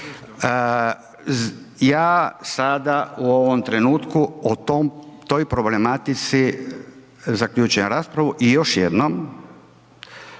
Ja sada u ovom trenutku o tom, o toj problematici zaključujem raspravu i još jednom